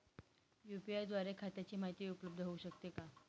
UPI द्वारे खात्याची माहिती उपलब्ध होऊ शकते का?